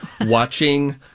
watching